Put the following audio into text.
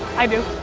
i do.